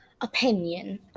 opinion